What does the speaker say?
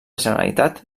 generalitat